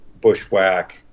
bushwhack